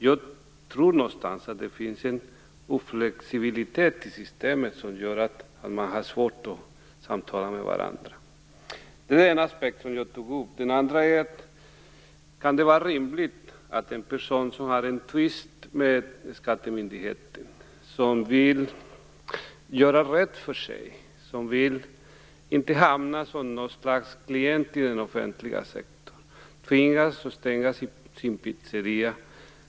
Jag tror att det finns en oflexibilitet i systemet som gör att man har svårt att samtala med varandra. Det är den ena aspekt som jag tog upp. Den andra gäller om det kan vara rimligt att en person som har en tvist med skattemyndigheten men som vill göra rätt för sig och som inte vill bli något slags klient i den offentliga sektorn tvingas stänga sin pizzeria.